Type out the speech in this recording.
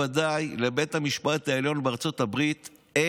לבית המשפט העליון בארצות הברית ודאי ובוודאי